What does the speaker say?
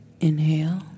Inhale